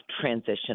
transition